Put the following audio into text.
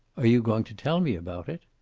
are you going to tell me about it?